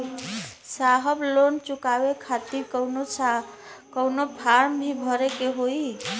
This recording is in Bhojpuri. साहब लोन चुकावे खातिर कवनो फार्म भी भरे के होइ?